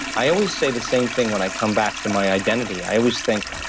i always say the same thing when i come back to my identity. i always think,